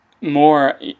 more